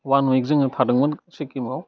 अवान विक जोङो थादोंमोन सिक्किमआव